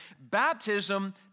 baptism